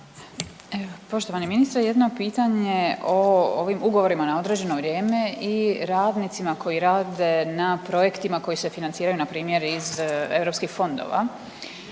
poštovani ministre, jedno pitanje o ovim ugovorima na određeno vrijeme i radnicima koji rade na projektima koji se financiraju na primjer iz europskih fondova.